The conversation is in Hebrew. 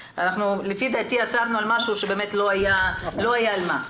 לפי דעתי עצרנו במשהו שבאמת לא היה על מה.